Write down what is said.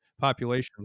populations